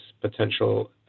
potential